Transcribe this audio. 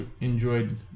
enjoyed